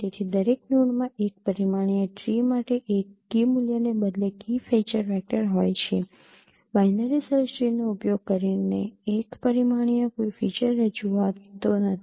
તેથી દરેક નોડમાં એક પરિમાણીય ટ્રી માટે એક કી મૂલ્યને બદલે કી ફીચર વેક્ટર હોય છે બાઈનરી સર્ચ ટ્રી નો ઉપયોગ કરીને એક પરિમાણીય કોઈ ફીચર રજૂઆતો નથી